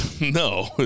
No